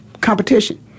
competition